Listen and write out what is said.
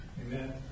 Amen